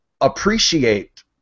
appreciate